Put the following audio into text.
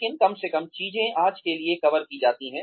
लेकिन कम से कम चीजें आज के लिए कवर की जाती हैं